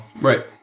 Right